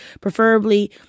preferably